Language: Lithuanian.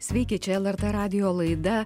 sveiki čia lrt radijo laida